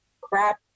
crap